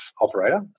operator